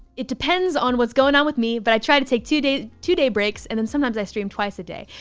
it depends on what's going on with me. but i try to take two days, two day breaks. and then sometimes i stream twice a day.